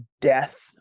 death